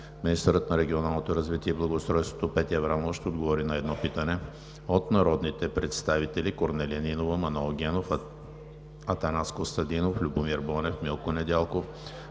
Министърът на регионалното развитие и благоустройството Петя Аврамова ще отговори на едно питане от народните представители Корнелия Нинова, Манол Генов, Атанас Костадинов, Любомир Бонев, Милко Недялков,